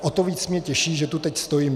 O to víc mě těší, že tu teď stojím.